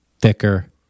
thicker